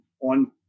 on